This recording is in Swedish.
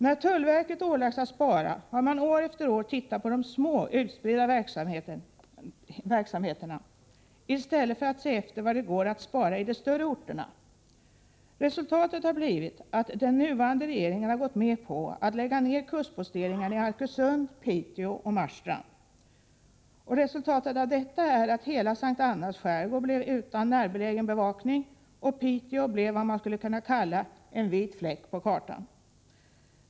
När tullverket ålagts att spara har det år efter år tittat på de små, utspridda verksamheterna, i stället för att se efter vad det går att spara i de större orterna. Följden har blivit att den nuvarande regeringen har gått med på att lägga ner kustposteringarna i Arkösund, Piteå och Marstrand. Resultatet av detta är att hela Sankt Annas skärgård blivit utan närbelägen bevakning och att Piteå blivit vad man skulle kunna kalla en vit fläck på kartan.